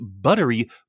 buttery